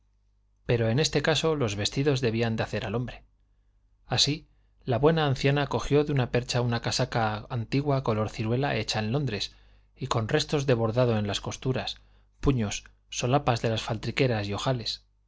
pero en este caso los vestidos debían hacer al hombre así la buena anciana cogió de una percha una casaca antigua color ciruela hecha en londres y con restos de bordado en las costuras puños solapas de las faltriqueras y ojales